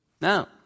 No